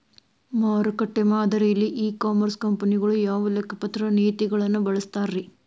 ಮಾರುಕಟ್ಟೆ ಮಾದರಿಯಲ್ಲಿ e commerce ಕಂಪನಿಗಳು ಯಾವ ಲೆಕ್ಕಪತ್ರ ನೇತಿಗಳನ್ನ ಬಳಸುತ್ತಾರಿ?